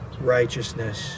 righteousness